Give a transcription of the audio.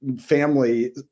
family